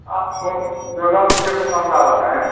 आप सोना ज्वेलर्स के दुकानदार हैं